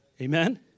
Amen